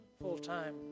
full-time